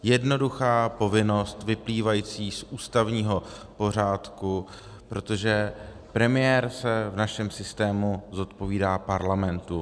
Jednoduchá povinnost vyplývající z ústavního pořádku, protože pan premiér se v našem systému zodpovídá parlamentu.